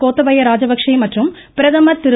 கோத்தபய ராஜபக்ஷே மற்றும் பிரதமர் திரு